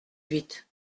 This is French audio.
huit